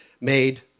made